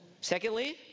Secondly